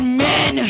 men